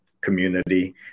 community